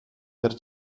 per